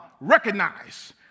recognize